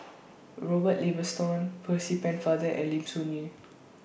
Robert Ibbetson Percy Pennefather and Lim Soo Ngee